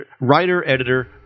writer-editor